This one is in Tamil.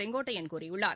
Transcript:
செங்கோட்டையன் கூறியுள்ளார்